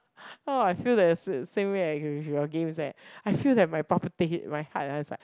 oh I feel that the s~ same way as with your games leh I feel that my palpita~ my heart ah is like